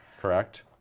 correct